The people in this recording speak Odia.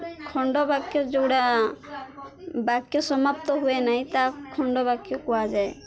ଖଣ୍ଡବାକ୍ୟ ଯେଉଁଗୁଡ଼ା ବାକ୍ୟ ସମାପ୍ତ ହୁଏ ନାହିଁ ତାହା ଖଣ୍ଡବାକ୍ୟ କୁହାଯାଏ